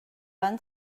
fan